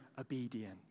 obedient